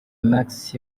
max